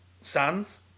sons